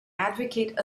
advocate